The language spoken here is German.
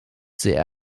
sehr